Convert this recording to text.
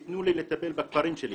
יתנו לי לטפל בכפרים שלי.